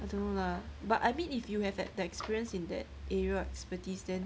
I don't know lah but I mean if you have the the experience in that area of expertise then